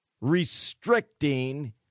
restricting